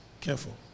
Careful